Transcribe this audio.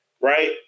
right